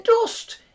dust